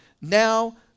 now